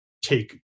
take